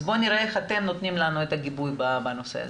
אז בוא נראה איך אתם נותנים לנו את הגיבוי בנושא הזה.